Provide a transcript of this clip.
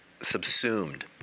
subsumed